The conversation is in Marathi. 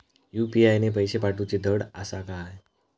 यू.पी.आय ने पैशे पाठवूचे धड आसा काय?